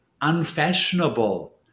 unfashionable